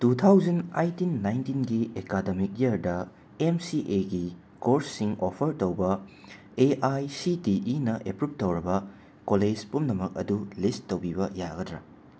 two thousand eighteen ꯅꯥꯏꯟꯇꯤꯟꯒꯤ academic ꯌꯤꯑꯔꯗ M C ꯑꯦꯒꯤ ꯀꯣꯔꯁꯁꯤꯡ ꯑꯣꯐꯔ ꯇꯧꯕ ꯑꯦ ꯑꯥꯏ ꯁꯤ ꯇꯤ ꯏꯅ ꯑꯦꯄ꯭ꯔꯨꯞ ꯇꯧꯔꯕ ꯀꯣꯂꯦꯖ ꯄꯨꯝꯅꯃꯛ ꯑꯗꯨ ꯂꯤꯁ ꯇꯧꯕꯤꯕ ꯌꯥꯒꯗ꯭ꯔꯥ